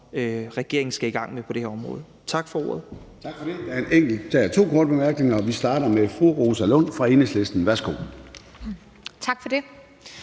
regeringen skal i gang med på det her område. Tak for ordet.